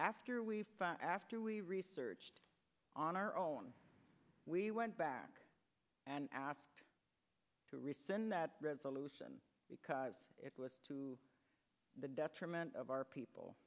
after we found after we researched on our own we went back and asked to resend that resolution because it was to the detriment of our people